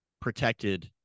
protected